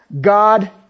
God